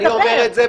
אני אומר את זה,